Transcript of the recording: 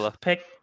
Pick